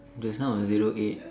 just now was zero eight